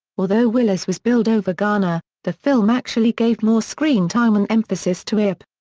although willis was billed over garner, the film actually gave more screen time and emphasis to earp.